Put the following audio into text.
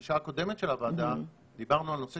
בפגישה הקודמת של הוועדה דיברנו על נושא